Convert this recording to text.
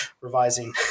revising